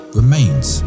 remains